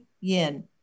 Yin